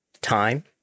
Time